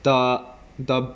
the the